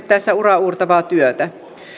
tässä uraauurtavaa työtä